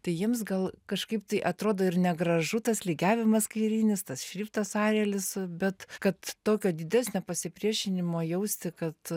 tai jiems gal kažkaip tai atrodo ir negražu tas lygiavimas kairinis tas šriftas arielis bet kad tokio didesnio pasipriešinimo jausti kad